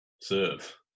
serve